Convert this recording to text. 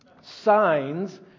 signs